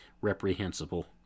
reprehensible